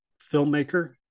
filmmaker